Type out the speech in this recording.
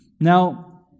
Now